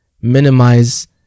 minimize